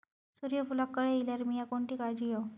सूर्यफूलाक कळे इल्यार मीया कोणती काळजी घेव?